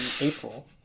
April